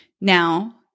Now